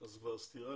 פה מדובר על סכום מאוד